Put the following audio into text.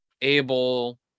able